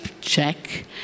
Check